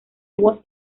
voz